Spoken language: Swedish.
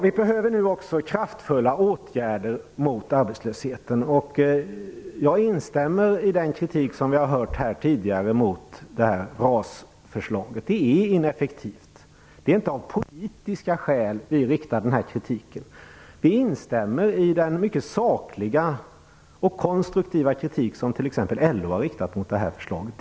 Vi behöver också vidta kraftfulla åtgärder mot arbetslösheten. Jag instämmer i den kritik mot RAS förslaget som vi har hört tidigare. Det är ineffektivt. Vi är inte kritiska av politiska skäl. Vi instämmer i den mycket sakliga och konstruktiva kritik som t.ex. LO har riktat mot förslaget.